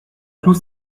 clous